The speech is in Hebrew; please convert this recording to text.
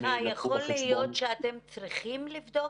יכול להיות שאתם צריכים לבדוק?